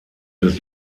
des